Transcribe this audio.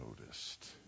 noticed